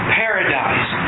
paradise